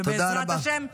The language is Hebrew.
ובעזרת השם,